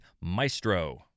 maestro